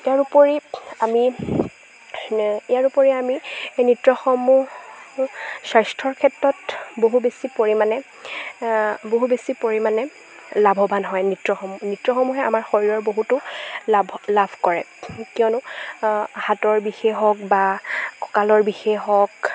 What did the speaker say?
ইয়াৰপৰি আমি ইয়াৰোপৰি আমি নৃত্যসমূহ স্বাস্থ্যৰ ক্ষেত্ৰত বহু বেছি পৰিমাণে বহু বেছি পৰিমাণে লাভৱান হয় নৃত্যসমূহ নৃত্যসমূহে আমাৰ শৰীৰৰ বহুতো লাভ লাভ কৰে কিয়নো হাতৰ বিশেষ হওক বা কঁকালৰ বিশেষ হওক